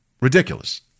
ridiculous